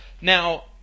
Now